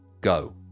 go